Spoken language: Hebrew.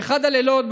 באחד הלילות,